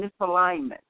misalignment